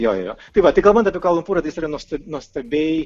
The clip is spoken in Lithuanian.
jo jo jo tai va tai kalbant apie kvala lumpūrą tai jis yra nuosta nuostabiai